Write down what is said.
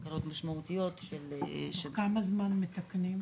תקלות משמעותיות של --- תוך כמה זמן מתקנים?